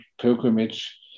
pilgrimage